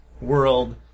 world